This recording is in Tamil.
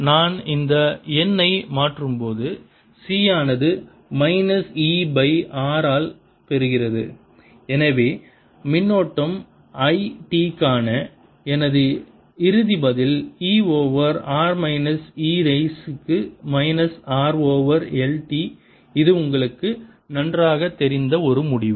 நான் இந்த n ஐ மாற்றும்போது C ஆனது மைனஸ் E பை R ஆல் பெறுகிறது எனவே மின்னோட்டம் I t க்கான எனது இறுதி பதில் E over R minus e raise க்கு minus R over L t இது உங்களுக்கு நன்றாகத் தெரிந்த ஒரு முடிவு